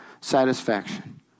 satisfaction